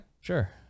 sure